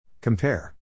Compare